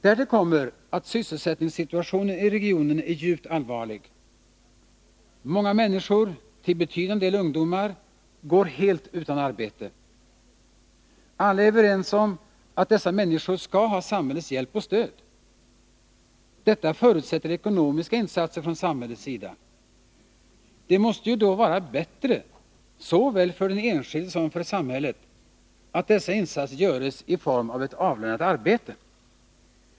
Därtill kommer att sysselsättningssituationen i regionen är djupt allvarlig. Många människor, till betydande del ungdomar, går helt utan arbete. Alla är vi överens om att dessa människor skall ha samhällets hjälp och stöd. Detta förutsätter ekonomiska insatser från samhällets sida. Det måste ju då vara bättre, såväl för den enskilde som för samhället, att dessa insatser görs i form av ett avlönat arbete.